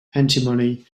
antimony